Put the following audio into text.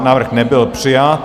Návrh nebyl přijat.